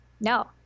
No